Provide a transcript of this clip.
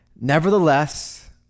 Nevertheless